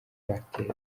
apartheid